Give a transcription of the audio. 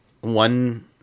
one